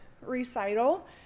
recital